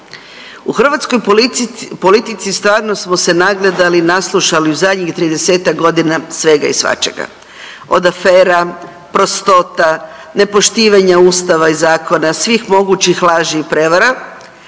U hrvatskoj politici stvarno smo se nagledali i naslušali u zadnjih 30-ak godina svega i svačega. Od afera, prostota, nepoštivanja Ustava i zakona, svih mogućih laži i prevara,